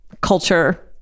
culture